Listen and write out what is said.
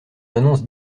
annonce